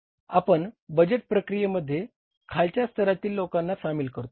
आपण बजेट प्रक्रियेमध्ये खालच्या स्तराच्या लोकांना सामील करतो